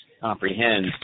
comprehend